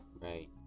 Right